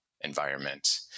environment